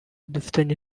dufitanye